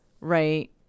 right